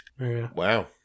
Wow